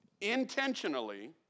intentionally